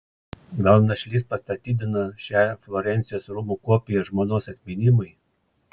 gal našlys pastatydino šią florencijos rūmų kopiją žmonos atminimui